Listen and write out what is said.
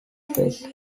face